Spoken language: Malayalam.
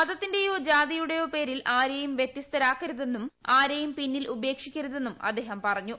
മതത്തിന്റേയോ ജാതിയുടെയോ പേരിൽ ആരെയും വ്യത്യസ്തരാക്കരുതെന്നും ആരെയും പിന്നിൽ ഉപേക്ഷിക്കരുതെന്നും അദ്ദേഹം പറഞ്ഞു